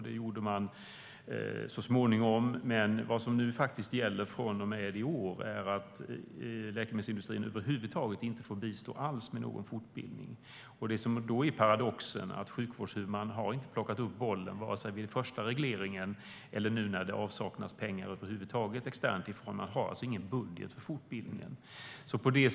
Det gjorde man så småningom, men från och med i år gäller att läkemedelsindustrin inte får bistå med någon fortbildning över huvud taget. Paradoxen är att sjukvårdshuvudmännen inte har plockat upp bollen vare sig vid den första regleringen eller nu när externa pengar helt saknas. Man har ingen budget för fortbildning.